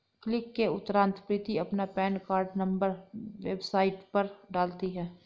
click के उपरांत प्रीति अपना पेन कार्ड नंबर वेबसाइट पर डालती है